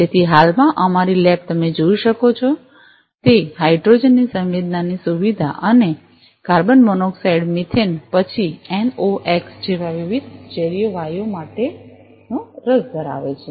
તેથી હાલમાં અમારી લેબ તમે જોઈ શકે છે તે હાઇડ્રોજન ની સંવેદનાની સુવિધા અને કાર્બન મોનોક્સાઇડ મિથેન પછી એનઑએક્સ જેવા વિવિધ ઝેરી વાયુઓ માપવા માટે નો રસ ધરાવે છે